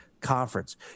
conference